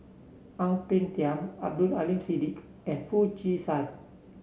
Ang Peng Tiam Abdul Aleem Siddique and Foo Chee San